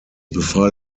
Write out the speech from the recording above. befahl